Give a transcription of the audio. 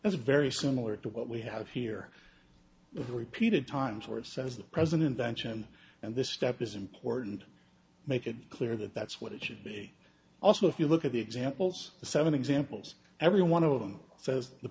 is very similar to what we have here repeated times where it says the president vention and this step is important make it clear that that's what it should be also if you look at the examples the seven examples every one of them says the